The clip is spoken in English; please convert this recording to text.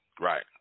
Right